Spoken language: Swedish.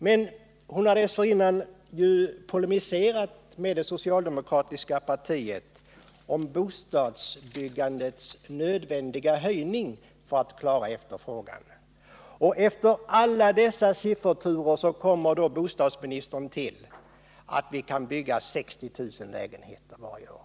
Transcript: Men hon har ju dessförinnan polemiserat med det socialdemokratiska partiet om bostadsbyggandets nödvändiga höjning för att klara efterfrågan. Efter alla dessa sifferturer kommer så bostadsministern fram till att vi kan bygga 60 000 lägenheter varje år.